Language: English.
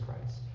Christ